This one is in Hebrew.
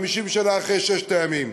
50 שנה אחרי ששת הימים.